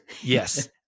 Yes